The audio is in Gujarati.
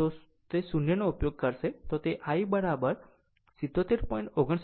0 નો ઉપયોગ કરશે તો I 77